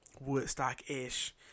Woodstock-ish